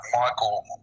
Michael